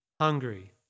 hungry